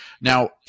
Now